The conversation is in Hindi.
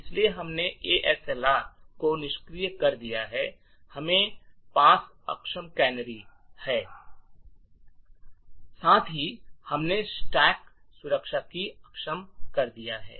इसलिए हमने ASLR को निष्क्रिय कर दिया है हमारे पास अक्षम कैनरी हैं साथ ही हमने स्टैक सुरक्षा को अक्षम कर दिया है